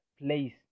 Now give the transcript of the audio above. place